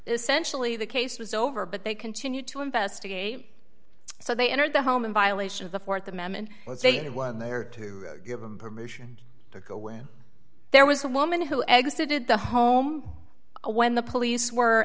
essentially the case was over but they continued to investigate so they entered the home in violation of the th amendment let's say anyone there to give them permission to go in there was a woman who exited the home when the police were